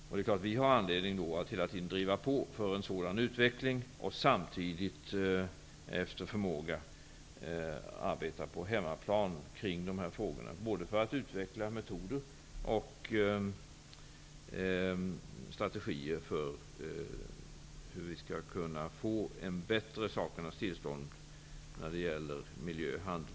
Det är klart att vi hela tiden har anledning att driva på för en sådan utveckling och samtidigt efter förmåga arbeta på hemmaplan kring de här frågorna, för att utveckla metoder och strategier för hur vi skall kunna få en bättre sakernas tillstånd när det gäller miljö--handel.